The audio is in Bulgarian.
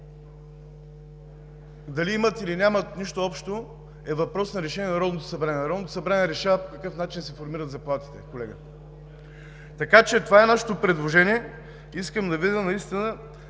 Дали имат, или нямат нищо общо, е въпрос на решение на Народното събрание – Народното събрание решава по какъв начин се формират заплатите, колега. Това е нашето предложение. Искам да видя дали наистина